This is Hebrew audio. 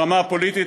ברמה הפוליטית,